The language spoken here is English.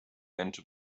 into